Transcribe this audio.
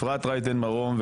אפרת רייטן מרום,